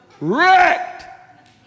Wrecked